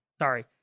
Sorry